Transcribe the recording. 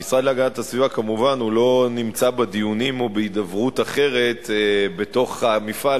המשרד להגנת הסביבה כמובן לא נמצא בדיונים או בהידברות אחרת בתוך המפעל,